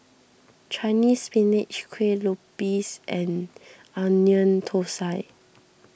Chinese Spinach Kuih Lopes and Onion Thosai